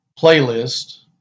playlist